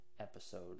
episode